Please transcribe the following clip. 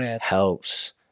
helps